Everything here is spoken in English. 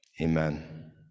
Amen